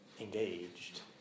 engaged